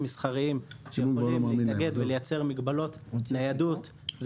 מסחריים שבאים להתנגד ולייצר מגבלות ניידות.